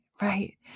right